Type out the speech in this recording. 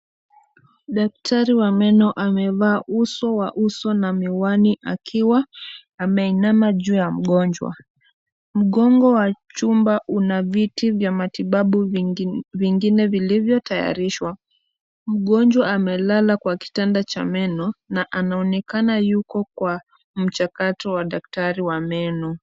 Daktari wa meno amevaa uso wa uso na miwani akiwa ameinama juu ya mgonjwa. Mgongo wa chumba una viti vya matibabu vingine vuimetayarishwa. Mgonjwa amelala kwa kitanda cha meno na anaonekana yuko kwa mchakato wa daktari wa meno.